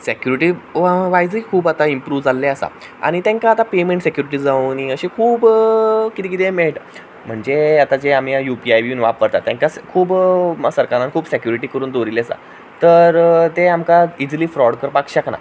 security वायजूय खूब आतां इम्प्रूव्ह जाल्लें आसा आनी तेंकां आतां पेमेंट सेक्युरिटी आनी खूब कितें कितें मेळटा म्हणचे आतां जे आमी यु पी आय बी वापरतात सरकारान खूब सराकारान खूब सेक्युरिटी करून दवरिल्ली आसा तर ते आमकां इजिली फ्रॉड करपाक शकना